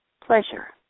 pleasure